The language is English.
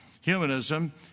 humanism